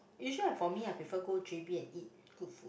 usually I for me I prefer go j_b and eat good food